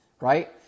right